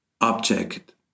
object